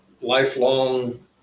lifelong